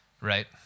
right